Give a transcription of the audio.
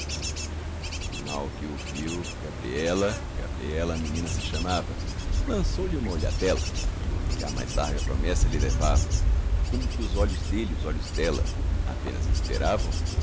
mal que o viu gabriela gabriela a menina se chamava lançou-lhe uma olhadela que a mais larga promessa lhe levava como que os olhos dele e os olhos dela apenas esperavam